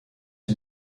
est